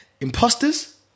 imposters